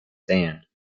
stand